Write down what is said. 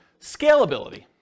Scalability